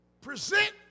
present